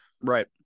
Right